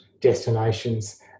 destinations